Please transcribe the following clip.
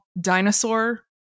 Dinosaur